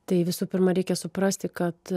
tai visų pirma reikia suprasti kad